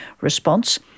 response